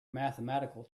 mathematical